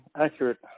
accurate